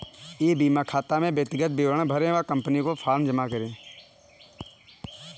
ई बीमा खाता में व्यक्तिगत विवरण भरें व कंपनी को फॉर्म जमा करें